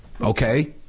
Okay